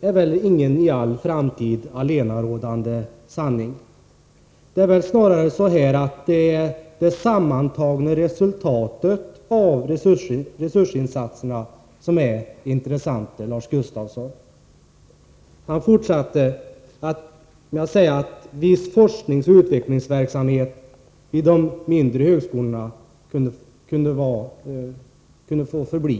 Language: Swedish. är väl ingen för all framtid allenarådande sanning. Det är väl snarare det sammanlagda resultatet av resursinsatserna som är intressant, Lars Gustafsson. Lars Gustafsson fortsatte med att säga att viss forskningsoch utvecklingsverksamhet vid de mindre högskolorna kunde få vara kvar.